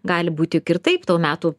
gali būt juk ir taip tau metų